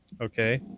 okay